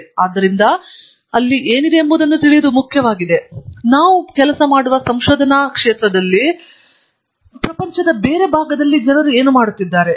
ಆದ್ದರಿಂದ ಅಲ್ಲಿಗೆ ಏನೆಂಬುದನ್ನು ತಿಳಿಯುವುದು ಮುಖ್ಯವಾಗಿದೆ ನಾವು ಕೆಲಸ ಮಾಡುವ ಸಂಶೋಧನಾ ಪ್ರದೇಶದ ಪ್ರಪಂಚದಲ್ಲಿ ಜನರು ಬೇರೆಡೆ ಏನು ಮಾಡಿದ್ದಾರೆ